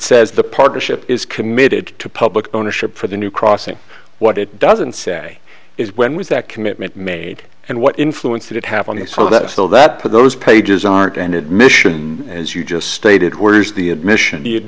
says the partnership is committed to public ownership for the new crossing what it doesn't say is when was that commitment made and what influence did it have on these for that though that put those pages aren't an admission as you just stated where's the admission